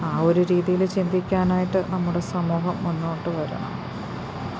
ആ ഒരു രീതിയില് ചിന്തിക്കാനായിട്ട് നമ്മുടെ സമൂഹം മുന്നോട്ട് വരണം